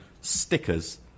stickers